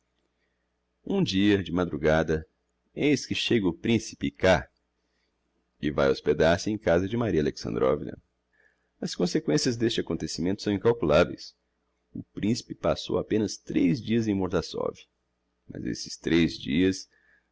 um dia de madrugada eis que chega o principe k e vae hospedar-se em casa de maria alexandrovna as consequencias d'este acontecimento são incalculaveis o principe passou apenas trez dias em mordassov mas esses trez dias